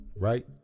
right